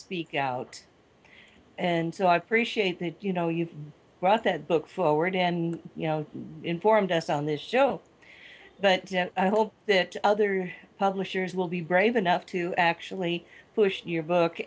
speak out and so i appreciate that you know you wrote that book forward and you know informed us on this show but i hope that other publishers will be brave enough to actually push your book